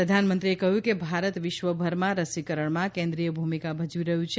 પ્રધાનમંત્રીએ કહ્યું કે ભારત વિશ્વભરમાં રસીકરણમાં કેન્દ્રિય ભૂમિકા ભજવી રહ્યું છે